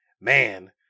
Man